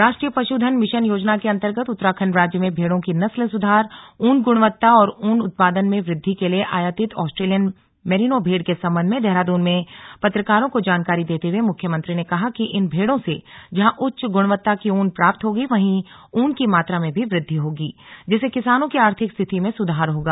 राष्ट्रीय पशुधन मिशन योजना के अन्तर्गत उत्तराखण्ड राज्य में भेड़ों की नस्ल सुधार ऊन गुणवत्ता और ऊन उत्पादन में वृद्धि के लिए आयातित ऑस्ट्रेलियन मेरिनों भेड़ के सम्बन्ध में देहरादून में पत्रकारों को जानकारी देते हुए मुख्यमंत्री ने कहा कि इन भेड़ों से जहां उच्च गुणवत्ता की ऊन प्राप्त होगी वहीं ऊन की मात्रा में भी वृद्धि होगी जिससे किसानों की आर्थिक स्थिति में सुधार होगा